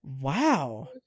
wow